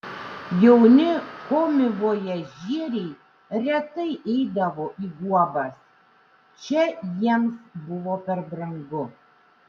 jauni komivojažieriai retai eidavo į guobas čia jiems buvo per brangu